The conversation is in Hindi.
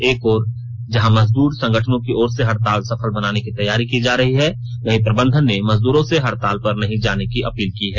एक ओर जहां मजदूर संगठनों की ओर से हड़ताल सफल बनाने की तैयारी की जा रही है वहीं प्रबंधन ने मजदूरों से हड़ताल पर नहीं जाने की अपील की है